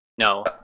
No